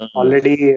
already